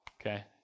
okay